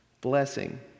blessing